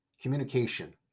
Communication